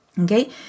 okay